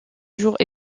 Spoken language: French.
jours